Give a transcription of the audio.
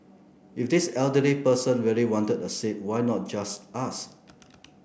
if this elderly person really wanted a seat why not just ask